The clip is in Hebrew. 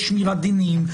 יש שמירת דינים,